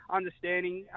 understanding